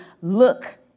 look